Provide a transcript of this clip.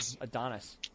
Adonis